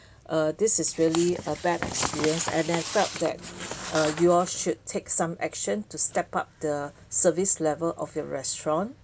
uh this is really a bad years and I felt that you all should take some action to step up the service level of your restaurant